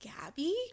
Gabby